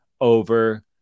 over